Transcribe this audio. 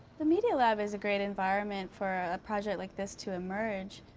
the media lab is a great environment for a project like this to emerge.